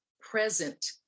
present